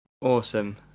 awesome